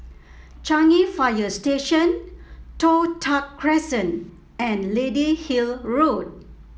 Changi Fire Station Toh Tuck Crescent and Lady Hill Road